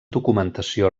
documentació